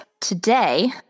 Today